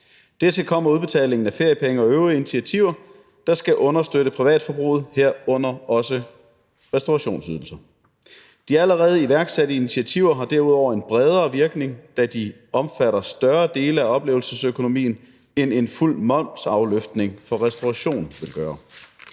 Dertil kommer udbetalingen af feriepenge og øvrige initiativer, der skal understøtte privatforbruget, herunder også restaurationsydelser. De allerede iværksatte initiativer har derudover en bredere virkning, da de omfatter større dele af oplevelsesøkonomien, end en fuld momsafløftning for restaurationsbranchen